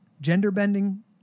gender-bending